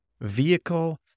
vehicle